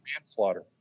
manslaughter